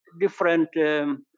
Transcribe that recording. different